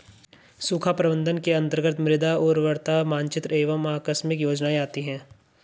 सूखा प्रबंधन के अंतर्गत मृदा उर्वरता मानचित्र एवं आकस्मिक योजनाएं आती है